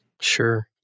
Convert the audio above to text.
Sure